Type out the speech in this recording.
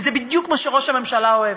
וזה בדיוק מה שראש הממשלה אוהב.